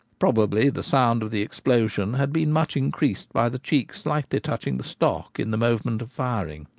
probably the sound of the explosion had been much increased by the cheek slightly touching the stock in the moment of firing,